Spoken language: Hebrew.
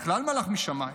בכלל מלאך משמיים.